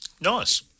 Nice